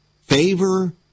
favor